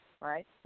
right